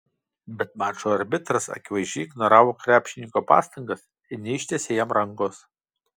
bet mačo arbitras akivaizdžiai ignoravo krepšininko pastangas ir neištiesė jam rankos